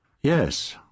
Yes